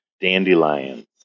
dandelions